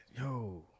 yo